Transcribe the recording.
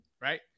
right